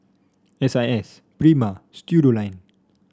S I S Prima Studioline